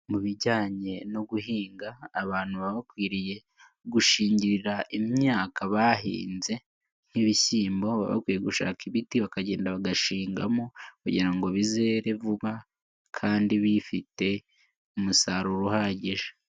Mu bijyanye no guhinga abantu baba bakwiriye gushingirira imyaka bahinze nk'ibishyimbo, baba bakwiye gushaka ibiti bakagenda bagashingamo kugira ngo bizere vuba kandi bifite umusaruro uhagije.